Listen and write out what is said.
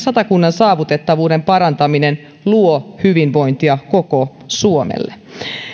satakunnan saavutettavuuden parantaminen luo hyvinvointia koko suomelle